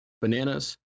Bananas